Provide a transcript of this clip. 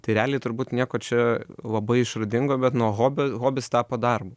tai realiai turbūt nieko čia labai išradingo bet nuo hobio hobis tapo darbu